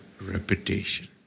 reputation